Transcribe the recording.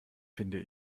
finde